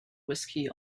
whisky